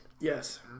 Yes